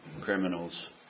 criminals